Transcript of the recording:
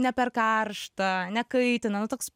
ne per karšta nekaitina nu toks